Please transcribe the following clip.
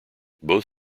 both